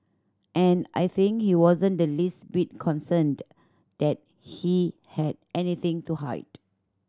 and I think he wasn't the least bit concerned that he had anything to hide